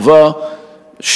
טובה,